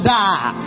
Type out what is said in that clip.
die